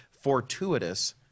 fortuitous